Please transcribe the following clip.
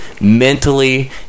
mentally